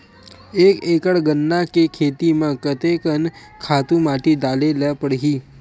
एक एकड़ गन्ना के खेती म कते कन खातु माटी डाले ल पड़ही?